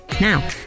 now